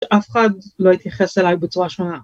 אף אחד לא התייחס אליי בצורה שונה.